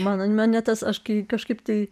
man ne tas aš kai kažkaip tai